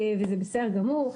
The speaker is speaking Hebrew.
וזה בסדר גמור,